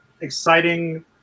exciting